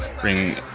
bring